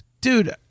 dude